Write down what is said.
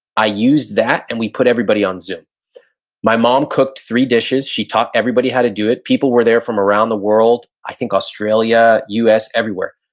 i used that and we put everybody on zoom my mom cooked three dishes. she taught everybody how to do it, people were there from around the world. i think australia, us, everywhere.